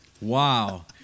Wow